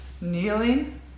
kneeling